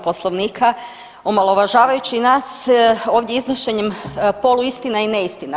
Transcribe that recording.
Poslovnika omalovažavajući nas ovdje iznošenjem polu istina i neistina.